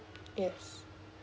yes